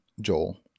Joel